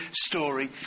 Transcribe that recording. story